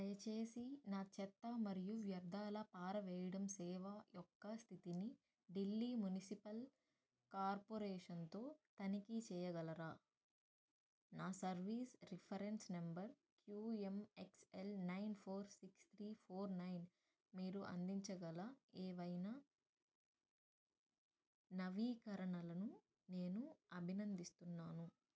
దయచేసి నా చెత్త మరియు వ్యర్థాల పారవేయడం సేవా యొక్క స్థితిని ఢిల్లీ మునిసిపల్ కార్పొరేషన్తో తనిఖి చెయ్యగలరా నా service reference number QMXL nine four six three four nine మీరు అందించగల ఏమైనా నవీకరణలను నేను అభినందిస్తున్నాను